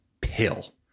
pill